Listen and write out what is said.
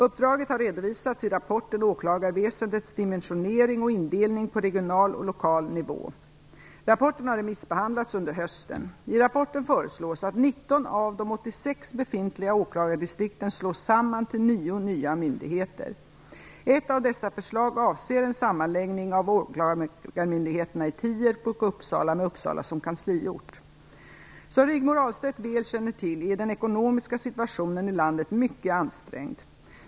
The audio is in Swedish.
Uppdraget har redovisats i rapporten Åklagarväsendets dimensionering och indelning på regional och lokal nivå (Åklagarväsendet I rapporten föreslås att 19 av de 86 befintliga åklagardistrikten slås samman till nio nya myndigheter. Ett av dessa förslag avser en sammanläggning av åklagarmyndigheterna i Tierp och Uppsala, med Uppsala som kansliort. Som Rigmor Ahlstedt väl känner till är den ekonomiska situationen i landet mycket ansträngd.